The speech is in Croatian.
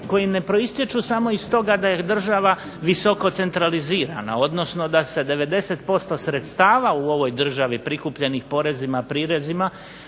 koji ne proistječu samo iz toga da je država visoko centralizirana, odnosno da se 90% sredstava u ovoj državi prikupljenih porezima, prirezima